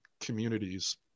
communities